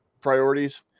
priorities